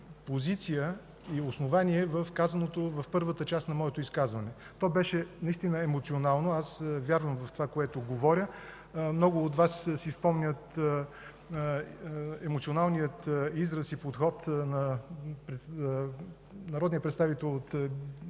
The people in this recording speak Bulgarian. позиция и основание в казаното в първата част на моето изказване. То беше наистина емоционално. Аз вярвам в това, което говоря. Много от Вас си спомнят емоционалния израз и подход на народния представител от